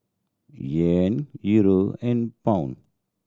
Yen Euro and Pound